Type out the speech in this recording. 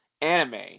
anime